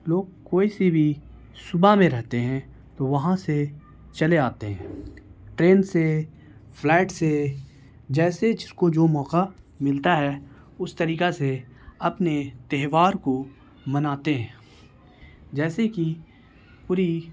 لوگ کوئی سی بھی صبح میں رہتے ہیں تو وہاں سے چلے آتے ہیں ٹرین سے فلائٹ سے جیسے جس کو جو موقع ملتا ہے اس طریقہ سے اپنے تہوار کو مناتے ہیں جیسے کہ پوری